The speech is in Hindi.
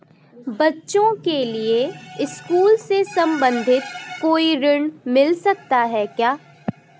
बच्चों के लिए स्कूल से संबंधित कोई ऋण मिलता है क्या?